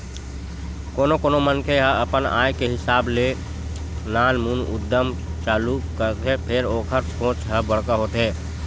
कोनो कोनो मनखे ह अपन आय के हिसाब ले नानमुन उद्यम चालू करथे फेर ओखर सोच ह बड़का होथे